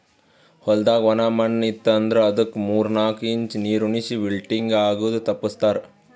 ಹೊಲ್ದಾಗ ಒಣ ಮಣ್ಣ ಇತ್ತು ಅಂದ್ರ ಅದುಕ್ ಮೂರ್ ನಾಕು ಇಂಚ್ ನೀರುಣಿಸಿ ವಿಲ್ಟಿಂಗ್ ಆಗದು ತಪ್ಪಸ್ತಾರ್